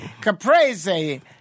Caprese